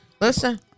Listen